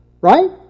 right